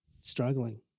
struggling